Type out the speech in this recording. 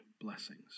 blessings